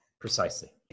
Precisely